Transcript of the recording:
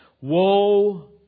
Woe